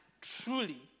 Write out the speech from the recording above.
truly